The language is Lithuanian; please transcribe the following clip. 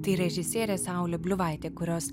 tai režisierė saulė bliuvaitė kurios